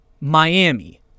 Miami